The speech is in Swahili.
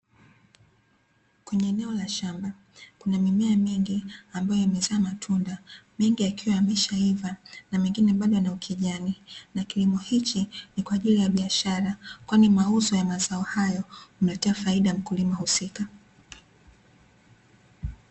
Kwenye eneo la shamba kuna mimea mingi ambayo imezaa matunda, mengi yakiwa yameshaiva na mengine bado yana ukijani, na kilimo hichi ni kwa ajili ya biashara, kwani mauzo ya mazao hayo humletea faida mkulima husika.